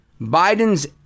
Biden's